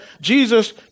Jesus